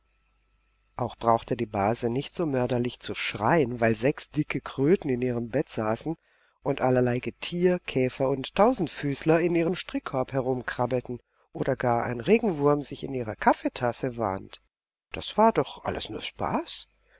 auch brauchte die base nicht so mörderlich zu schreien weil sechs dicke kröten in ihrem bette saßen und allerlei getier käfer und tausendfüßler in ihrem strickkorb herumkrabbelten oder gar ein regenwurm sich in ihrer kaffeetasse wand das war doch alles nur spaß